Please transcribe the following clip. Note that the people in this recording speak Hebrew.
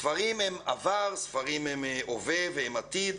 ספרים הם עבר, ספרים הם הווה והם עתיד.